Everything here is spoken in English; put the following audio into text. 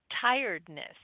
tiredness